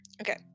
Okay